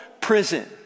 prison